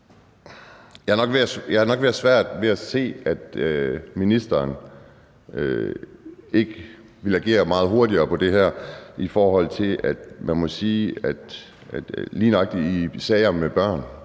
Jeg har nok lidt svært ved at se, hvorfor ministeren ikke vil agere meget hurtigere på det her, for lige nøjagtig i sager med børn